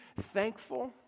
thankful